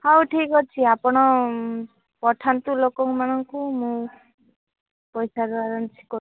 ହଉ ଠିକ୍ ଅଛି ଆପଣ ପଠାନ୍ତୁ ଲୋକମାନଙ୍କୁ ମୁଁ ପଇସାଟା ଏରେଞ୍ଜ୍ କରୁଛି